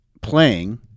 playing